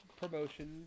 promotion